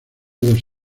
dos